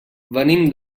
venim